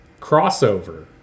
crossover